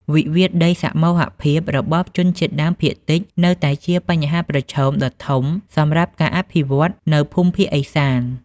វិវាទដីសមូហភាពរបស់ជនជាតិដើមភាគតិច នៅតែជាបញ្ហាប្រឈមដ៏ធំសម្រាប់ការអភិវឌ្ឍនៅភូមិភាគឦសាន។